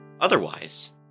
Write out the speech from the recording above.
Otherwise